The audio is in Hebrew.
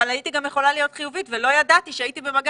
הייתי גם יכולה להיות חיובית בלי לדעת שהייתי במגע